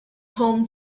home